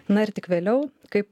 na ir tik vėliau kaip